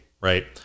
right